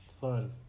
fun